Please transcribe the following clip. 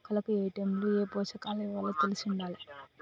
మొక్కలకు ఏటైముల ఏ పోషకాలివ్వాలో తెలిశుండాలే